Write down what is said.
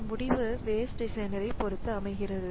இந்த முடிவு waste designer பொருத்து அமைகிறது